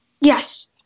Yes